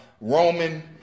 Roman